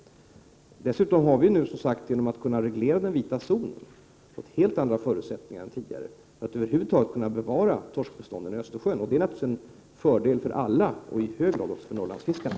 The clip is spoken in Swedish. Genom möjligheten att reglera den s.k. vita zonen har vi nu helt andra förutsättningar än tidigare att bevara torskbestånden i östersjön. Det är naturligtvis en fördel för alla, inte minst för Norrlandsfiskarna.